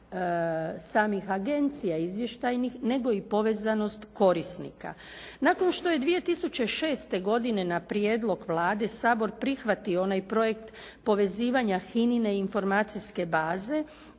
samih agencija izvještajnih nego i povezanost korisnika. Nakon što je 2006. godine na prijedlog Vlade Sabor prihvatio onaj projekt povezivanja HINA-ine informacijske baze